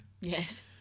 Yes